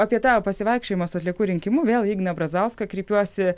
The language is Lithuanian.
apie tai pasivaikščiojimas atliekų rinkimu vėl igną brazauską kreipiuosi